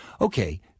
Okay